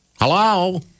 Hello